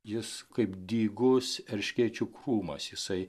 jis kaip dygus erškėčių krūmas jisai